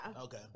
Okay